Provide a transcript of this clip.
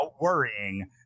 worrying